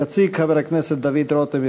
יציג חבר הכנסת דוד רותם,